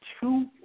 two